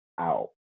out